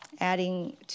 adding